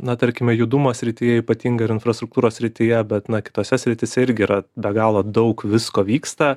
na tarkime judumo srityje ypatingai ir infrastruktūros srityje bet na kitose srityse irgi yra be galo daug visko vyksta